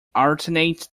alternate